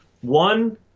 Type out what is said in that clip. One